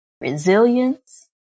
resilience